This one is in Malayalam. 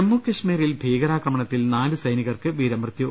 ജമ്മു കശ്മീരിൽ ഭീകരാക്രമണത്തിൽ നാലു സൈനികർക്ക് വീരമൃ ത്യു